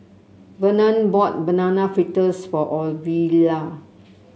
Vernon bought Banana Fritters for Ovila